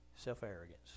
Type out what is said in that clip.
Self-arrogance